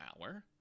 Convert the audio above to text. hour